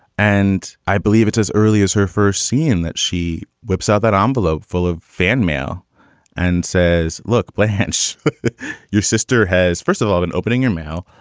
and i believe it's as early as her first scene that she whips out that on balo full of fan mail and says, look, perhaps your sister has first of all, in opening your mail,